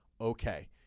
okay